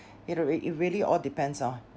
it rea~ it really all depends ah